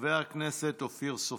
חבר הכנסת אופיר סופר.